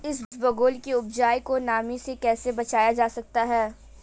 इसबगोल की उपज को नमी से कैसे बचाया जा सकता है?